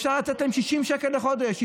אפשר לתת להם 60 שקל לחודש,